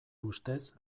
ustez